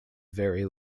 very